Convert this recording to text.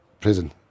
prison